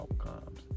outcomes